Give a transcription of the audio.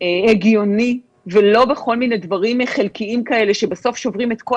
הגיוני ולא בכל מיני דברים חלקיים כאלה שבסוף שוברים את כל